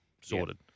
sorted